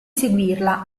seguirla